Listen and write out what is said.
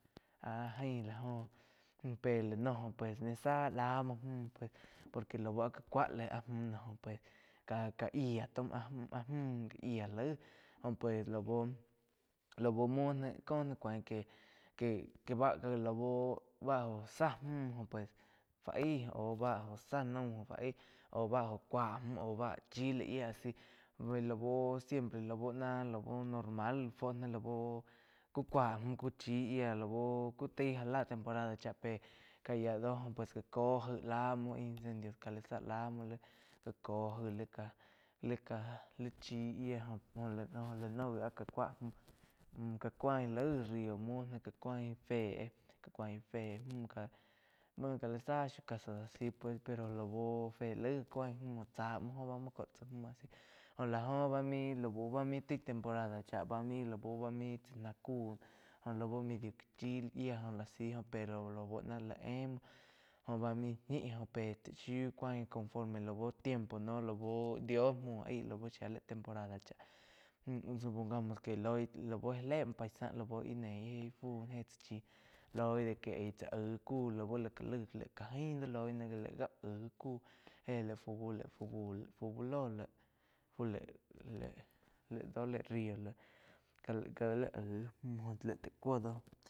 Áh jaín la óh pe la no óh pues zá la muo mún pues por que lau já kua le jo pues ka-ka yía taum áh múh áah múh gá yiá laig pues lau-lau muo ná cóh náh cuain que-que vá lau báh óh záh múh pues fu aig au báh záh naum aú bá óh cúa múh báh chí laig yía a si lau siempre lau na lau normal lau kú káu múh cu chi lau ki tai já la temporada cha pe ká yiá doh jáh co jai la muo incedio ká la zá la muo gá ko jai lí ká lí chí yía la. Lah no gi áh gá cúa gá cuáin laig rio muo nah fé gá cuain fé múh ká muo ká la zá shiu caso a si pues lau fé laig cuáin múh tzá muo oh ba muo có tzá múh asi jo la oh lau ba main tai temporada chá bá main lau báh main tzá náh cúh joh laú medio que chí laig yía. Pero na lau lá éh muo joh ba main ñi pe taig shiu cuain conforme lau tiempo noh lau dio múo aí lau shia laig temporada chá óh supongamos que loi já le muo paisa laú íh neí fu noh éh tsá chi loi de que aig cha aig kuh laig ká ain loi náh gáh aig kúh heh lai fu, lai fu úh ló laig, fu laig do laig rio ká laig aig múh laig taí kúo doh.